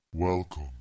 Welcome